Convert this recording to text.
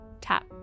tap